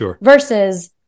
versus